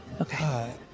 Okay